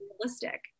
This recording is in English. realistic